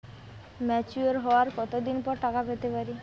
Mature হওয়ার কত দিন পর টাকা পেতে পারি?